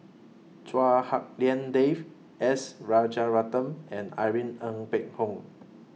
Chua Hak Lien Dave S Rajaratnam and Irene Ng Phek Hoong